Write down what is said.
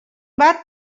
bat